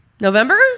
November